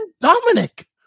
dominic